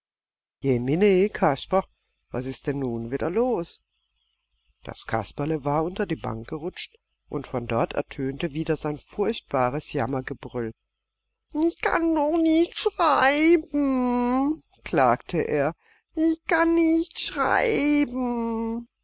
kasper was ist denn nun wieder los das kasperle war unter die bank gerutscht und von dorther ertönte wieder sein furchtbares jammergebrüll ich kann doch nicht schreiiiben klagte er ich kann nicht schreiiiben